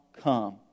come